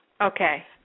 Okay